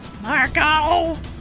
Marco